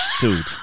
Dude